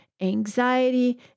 anxiety